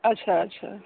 अच्छा अच्छा